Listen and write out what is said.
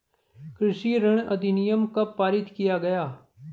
कृषि ऋण अधिनियम कब पारित किया गया?